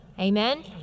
Amen